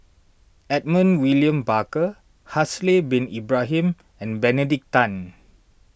Edmund William Barker Haslir Bin Ibrahim and Benedict Tan